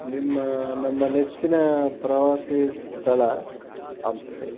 ನಿಮ್ಮ ನಮ್ಮ ನೆಚ್ಚಿನ ಪ್ರವಾಸಿ ಸ್ಥಳ ಹಂಪೆ